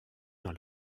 dans